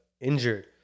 injured